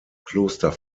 kloster